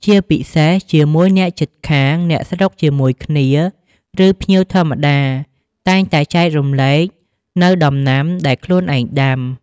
ជាពិសេសជាមួយអ្នកជិតខាង អ្នកស្រុកជាមួយគ្នា ឬភ្ញៀវធម្មតា តែងតែចែករំលែកនៅដំណាំដែលខ្លួនឯងដាំ។